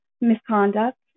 misconduct